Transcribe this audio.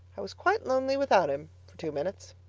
i was quite lonely without him for two minutes.